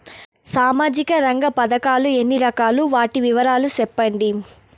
సామాజిక రంగ పథకాలు ఎన్ని రకాలు? వాటి వివరాలు సెప్పండి